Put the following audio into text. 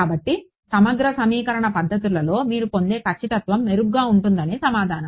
కాబట్టి సమగ్ర సమీకరణ పద్ధతులతో మీరు పొందే ఖచ్చితత్వం మెరుగ్గా ఉంటుందని సమాధానం